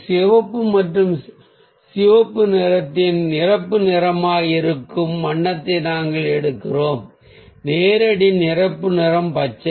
சிவப்பு மற்றும் சிவப்பு நிறத்தின் நிரப்பு நிறமாக இருக்கும் வண்ணத்தை நாங்கள் எடுக்கிறோம் நேரடி நிரப்பு நிறம் பச்சை